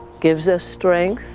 gives us strength.